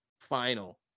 final